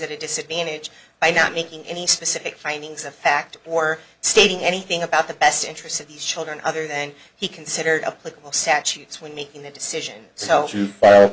at a disadvantage by not making any specific findings of fact or stating anything about the best interests of these children other than he considered a political sachi when making the decision so